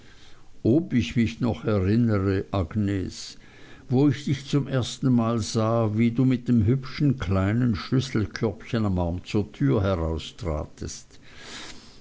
ob ich mich noch erinnere agnes wo ich dich zum ersten mal sah wie du mit dem hübschen kleinen schlüsselkörbchen am arm zur türe heraustratest